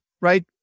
right